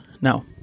Now